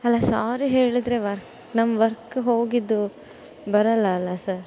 ಅಲ್ಲ ಸ್ವಾರಿ ಹೇಳಿದರೆ ವರ್ಕ್ ನಮ್ಮ ವರ್ಕ್ ಹೋಗಿದ್ದು ಬರಲ್ಲ ಅಲ್ಲ ಸರ್